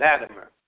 Latimer